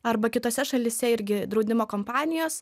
arba kitose šalyse irgi draudimo kompanijos